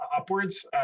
upwards